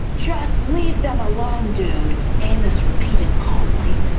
just leave them alone, dude, amos repeated calmly.